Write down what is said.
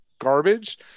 garbage